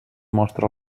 mostra